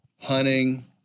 Hunting